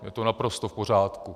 Je to naprosto v pořádku.